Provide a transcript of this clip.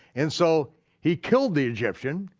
and so he killed the egyptian,